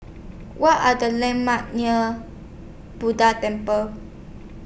What Are The landmarks near Buddha Temple